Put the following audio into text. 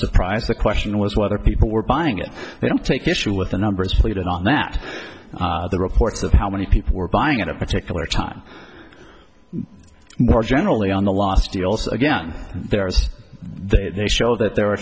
surprise the question was whether people were buying it they don't take issue with the numbers played on that the reports of how many people were buying at a particular time more generally on the last year also again there is that they show that there are